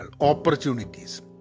Opportunities